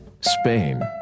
Spain